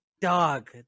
dog